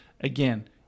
again